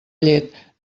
llet